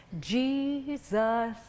Jesus